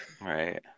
Right